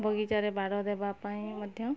ବଗିଚାରେ ବାଡ଼ ଦେବା ପାଇଁ ମଧ୍ୟ